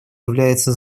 является